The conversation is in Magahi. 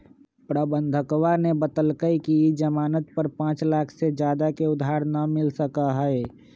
प्रबंधकवा ने बतल कई कि ई ज़ामानत पर पाँच लाख से ज्यादा के उधार ना मिल सका हई